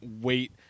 wait